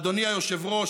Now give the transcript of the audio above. אדוני היושב-ראש,